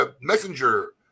messenger